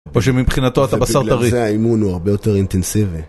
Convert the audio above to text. פשוט מבחינתו אתה בשר טרי. ובגלל האימון הוא הרבה יותר אינטנסיבי.